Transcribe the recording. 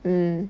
mm